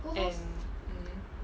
and mmhmm